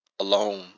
alone